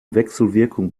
wechselwirkung